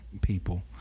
people